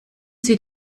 sie